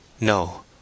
No